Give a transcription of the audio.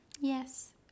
Yes